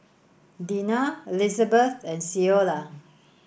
Dina Elizabeth and Ceola